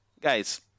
guys